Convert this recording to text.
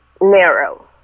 narrow